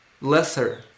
lesser